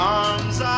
arms